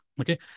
Okay